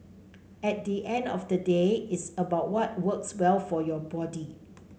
at the end of the day it's about what works well for your body